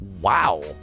wow